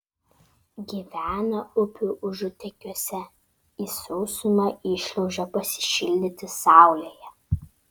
gyvena upių užutekiuose į sausumą iššliaužia pasišildyti saulėje